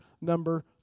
number